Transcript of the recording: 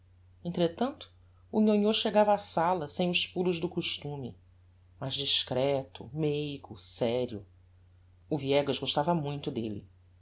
entretanto o nhonhô chegava á sala sem os pulos do costume mas discreto meigo serio o viegas gostava muito delle